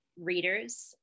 readers